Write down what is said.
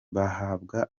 bahabwa